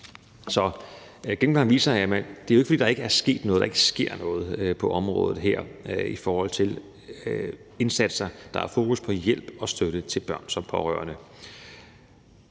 Så gennemgangen viser, at det jo ikke er, fordi der ikke sker noget på området i forhold til indsatser. Der er fokus på hjælp og støtte til børn som pårørende.